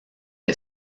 est